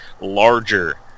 larger